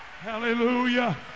Hallelujah